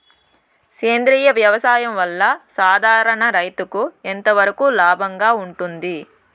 సేంద్రియ వ్యవసాయం వల్ల, సాధారణ రైతుకు ఎంతవరకు లాభంగా ఉంటుంది?